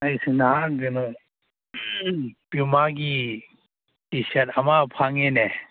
ꯑꯩꯁꯨ ꯅꯍꯥꯟ ꯀꯩꯅꯣ ꯄꯨꯃꯥꯒꯤ ꯇꯤ ꯁꯥꯔꯠ ꯑꯃ ꯐꯪꯉꯦꯅꯦ